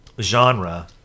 genre